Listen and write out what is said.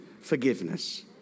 forgiveness